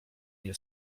nie